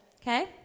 Okay